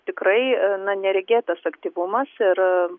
tikrai na neregėtas aktyvumas ir